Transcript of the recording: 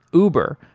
uber,